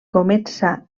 comença